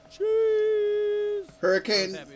Hurricane